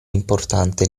importante